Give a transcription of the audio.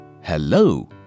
hello